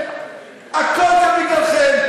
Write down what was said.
הכול בגללכם,